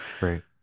right